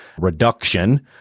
reduction